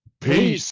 Peace